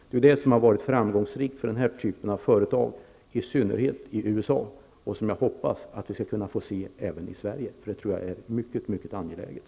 Det är det som har varit framgångsrikt för den här typen av företag, i synnerhet i USA, och som jag hoppas att vi skall få se även i Sverige, då jag tror att det är mycket angeläget.